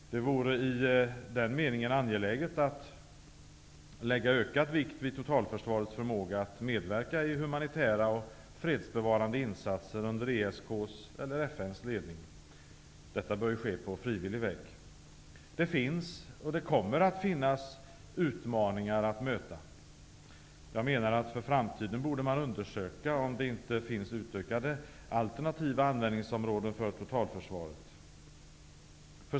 Det vore i den meningen angeläget att lägga ökad vikt vid totalförsvarets förmåga att medverka i humanitära och fredsbevarande insatser under ESK:s eller FN:s ledning. Detta bör ju ske på frivillig väg. Det finns, och kommer att finnas, utmaningar att möta. Jag menar att för framtiden borde man undersöka om det inte finns utökade alternativa användningsområden för totalförsvaret.